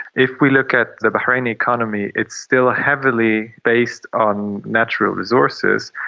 if we look at the bahrain economy it's still heavily based on natural resources,